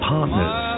Partners